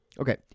Okay